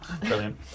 Brilliant